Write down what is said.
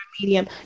medium